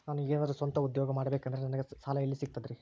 ನಾನು ಏನಾದರೂ ಸ್ವಂತ ಉದ್ಯೋಗ ಮಾಡಬೇಕಂದರೆ ನನಗ ಸಾಲ ಎಲ್ಲಿ ಸಿಗ್ತದರಿ?